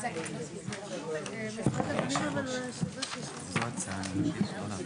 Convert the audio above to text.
נעבור לנושא השני שעל סדר